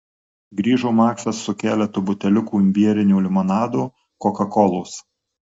grįžo maksas su keletu buteliukų imbierinio limonado kokakolos